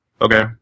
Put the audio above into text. Okay